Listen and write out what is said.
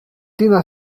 tina